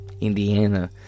Indiana